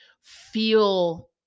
feel